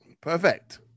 perfect